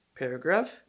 paragraph